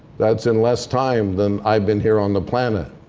that's in less time than i've been here on the planet.